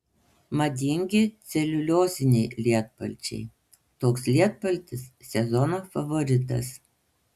madingi celiulioziniai lietpalčiai toks lietpaltis sezono favoritas